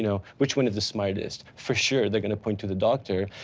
you know which one is the smartest? for sure they're gonna point to the doctor,